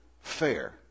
fair